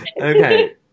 Okay